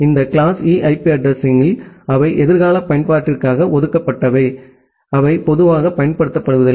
இந்த class E IP அட்ரஸிங்கள் அவை எதிர்கால பயன்பாட்டிற்காக ஒதுக்கப்பட்டவை அவை பொதுவாகப் பயன்படுத்தப்படுவதில்லை